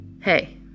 hey